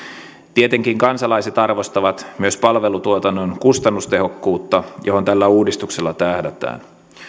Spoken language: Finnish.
tietenkin kansalaiset arvostavat myös palvelutuotannon kustannustehokkuutta johon tällä uudistuksella tähdätään